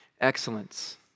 excellence